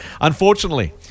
Unfortunately